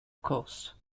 coast